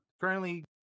Currently